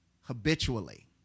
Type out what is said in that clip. habitually